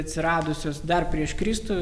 atsiradusios dar prieš kristų